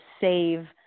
save